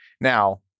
now